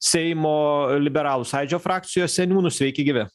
seimo liberalų sąjūdžio frakcijos seniūnu sveiki gyvi